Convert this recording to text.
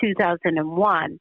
2001